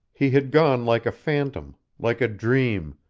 he had gone like a phantom, like a dream,